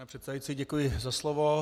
Pane předsedající, děkuji za slovo.